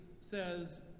says